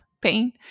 pain